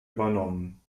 übernommen